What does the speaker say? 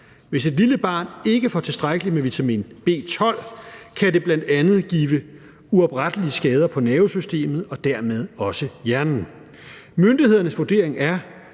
Hvis et lille barn ikke får tilstrækkeligt med vitamin B12, kan det bl.a. give uoprettelige skader på nervesystemet og dermed også hjernen. Myndighedernes vurdering er,